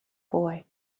boy